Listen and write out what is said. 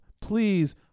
Please